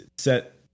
set